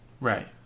right